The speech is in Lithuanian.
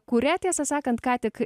kurią tiesą sakant ką tik